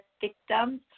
victims